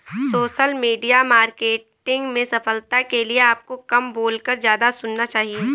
social media marketing में सफलता के लिए आपको कम बोलकर ज्यादा सुनना चाहिए